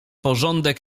porządek